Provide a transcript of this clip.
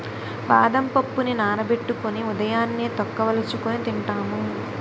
బాదం పప్పుని నానబెట్టుకొని ఉదయాన్నే తొక్క వలుచుకొని తింటాము